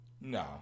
No